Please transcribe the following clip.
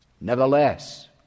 nevertheless